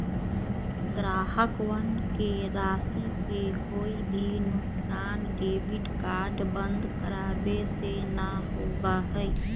ग्राहकवन के राशि के कोई भी नुकसान डेबिट कार्ड बंद करावे से ना होबा हई